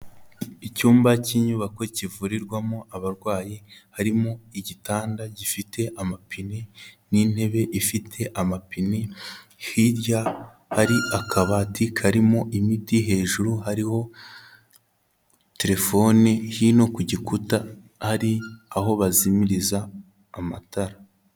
Icyumba k'inyubako kivurirwamo abarwayi harimo igitanda gifite amapine, n'intebe ifite amapine, hirya hari akabati karimo imiti hejuru hariho telefone hino ku gikuta hari aho bazimiriza amatara.